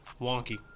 Wonky